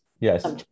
yes